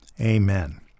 Amen